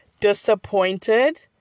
disappointed